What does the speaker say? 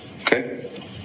okay